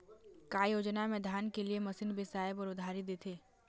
का योजना मे धान के लिए मशीन बिसाए बर उधारी देथे?